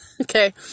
Okay